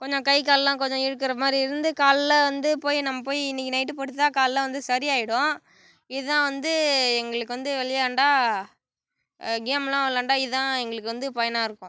கொஞ்சம் கை கால்லாம் கொஞ்ச இருக்கிற மாதிரி இருந்து காலைல வந்து போய் நம் போய் இன்றைக்கி நைட்டு படுத்தால் காலையில் வந்து சரியாகிடும் இதுதான் வந்து எங்களுக்கு வந்து விளையாண்டா கேம்லாம் விளையாண்டா இதுதான் எங்களுக்கு வந்து பயனாக இருக்கும்